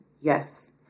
yes